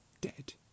dead